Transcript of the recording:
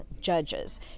judges